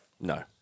No